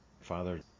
Father